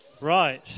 Right